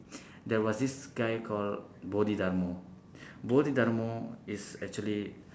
there was this guy called bodhidharma bodhidharma is actually